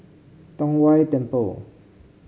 Tong Whye Temple